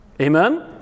Amen